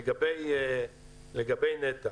לגבי נת"ע